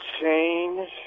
change